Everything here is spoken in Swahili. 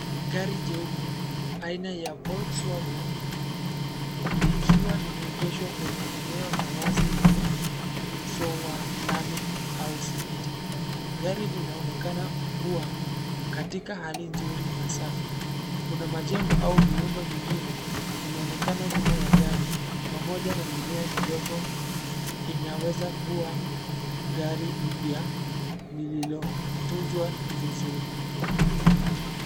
Gari jeupe aina ya Volkswagen, likiwa limeegeshwa kwenye eneo la wazi lenye uso wa lami au simiti. Gari linaonekana kuwa katika hali nzuri na safi. Kuna majengo au miundo mingine inaonekana nyuma ya gari pamoja na mimea midogo inaweza kuwa gari mpya liliotunzwa vizuri.